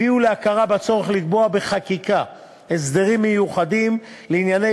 הביאו להכרה בצורך לקבוע בחקיקה הסדרים מיוחדים לענייני